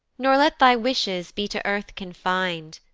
nor let thy wishes be to earth confin'd,